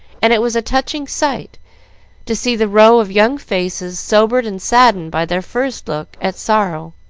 and it was a touching sight to see the rows of young faces sobered and saddened by their first look at sorrow.